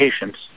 Patients